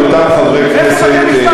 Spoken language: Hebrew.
רבותי חברי הכנסת,